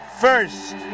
first